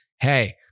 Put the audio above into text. Hey